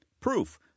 Proof